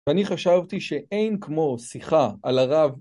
ואני חשבתי שאין כמו שיחה על הרב.